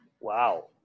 Wow